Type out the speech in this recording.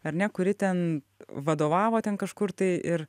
ar ne kuri ten vadovavo ten kažkur tai ir